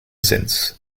since